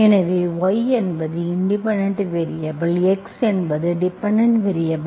எனவே y என்பது independent variable x என்பது டிபெண்டென்ட் வேரியபல்